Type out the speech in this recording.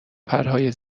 پرهای